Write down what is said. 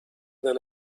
than